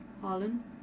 Harlan